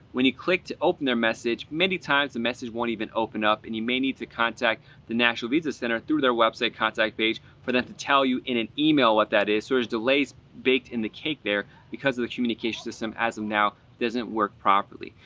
when you click to open their message, many times the message won't even open up and you may need to contact the national visa center through their website contact page for them to tell you in an email what that is. so there's delays baked in the cake there because the communication system, as of now, doesn't work properly.